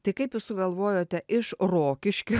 tai kaip jūs sugalvojote iš rokiškio